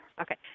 Okay